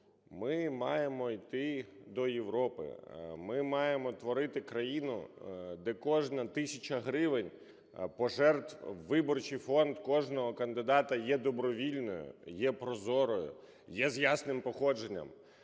Ми маємо іти до Європи, ми маємо творити країну, де кожна тисяча гривень пожертв у виборчий фонд кожного кандидата є добровільною, є прозорою, є з ясним походженням.